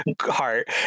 heart